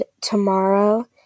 tomorrow